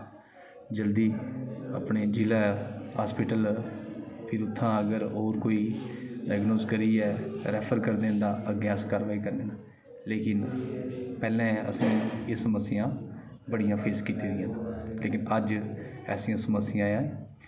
जल्दी अपने जिला हॉस्पिटल फिर उत्थां अगर कोई डायग्नोज करियै रेफर करदे न तां अग्गें अस कारवाई करने न लेकिन पैह्लें असें एह् समस्यां बड़ियां फेस कीती दियां न लेकिन अज्ज ऐसियां समस्यां